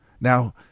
Now